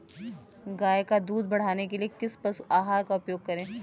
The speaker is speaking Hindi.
गाय का दूध बढ़ाने के लिए किस पशु आहार का उपयोग करें?